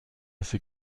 ses